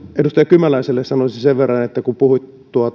edustaja kymäläiselle sanoisin sen verran että kun puhuit